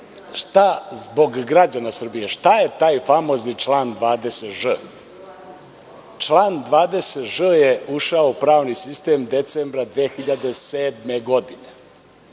zbog građana Srbije, šta je taj famozni član 20ž? Član 20ž je ušao u pravni sistem decembra 2007. godine.